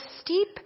steep